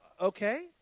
Okay